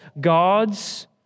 gods